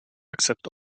accept